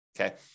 okay